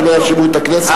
שלא יאשימו את הכנסת,